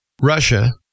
Russia